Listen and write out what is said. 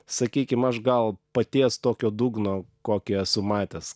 sakykim aš gal paties tokio dugno kokį esu matęs